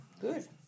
Good